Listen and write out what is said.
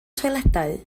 toiledau